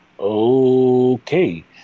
Okay